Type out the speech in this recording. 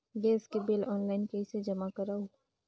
Gas के bill online कइसे जमा करव?